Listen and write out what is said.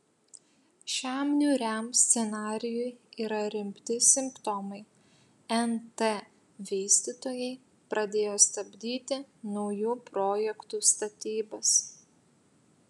šiam niūriam scenarijui yra rimti simptomai nt vystytojai pradėjo stabdyti naujų projektų statybas